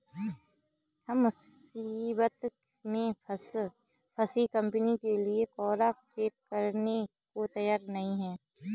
हम मुसीबत में फंसी कंपनियों के लिए कोरा चेक लिखने को तैयार नहीं हैं